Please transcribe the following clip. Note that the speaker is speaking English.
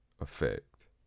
effect